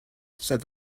said